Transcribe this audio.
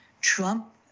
Trump